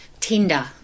tinder